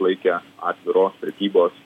laike atviros prekybos